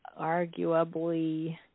arguably